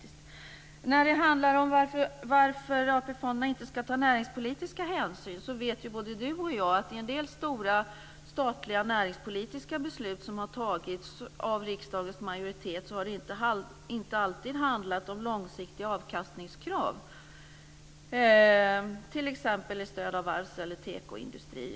Skälet till att AP-fonderna inte ska ta näringspolitiska hänsyn vet både Johan Lönnroth och jag är att en del stora statliga näringspolitiska beslut som har fattats av riksdagens majoritet inte alltid har handlat om långsiktiga avkastningskrav, t.ex. stöd av varvseller tekoindustri.